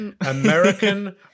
American